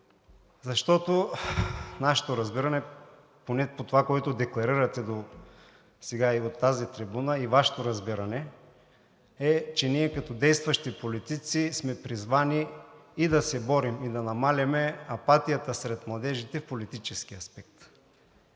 защото нашето разбиране, поне по това, което декларирате сега и от тази трибуна, и Вашето разбиране е, че ние като действащи политици сме призвани и да се борим, и да намаляваме апатията сред младежите в политически аспект,